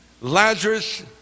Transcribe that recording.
Lazarus